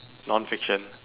non fiction